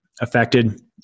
affected